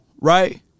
right